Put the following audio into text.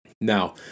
Now